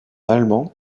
allemand